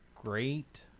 Great